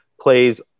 plays